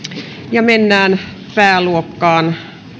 täysistunnossa mennään pääluokkaan